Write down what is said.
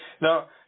Now